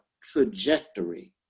trajectory